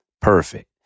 Perfect